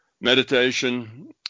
meditation